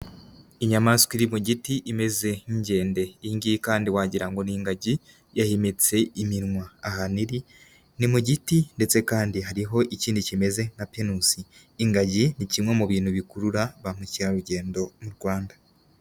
Inyamaswa iri mu giti imeze nk'inkende. Iyi ngiyi kandi wagira ngo ni ingagi, yahenetse iminwa. Ahantu iri ni mu giti ndetse kandi hariho ikindi kimeze nka pinusi. Ingagi ni kimwe mu bintu bikurura ba mukerarugendo mu Rwanda.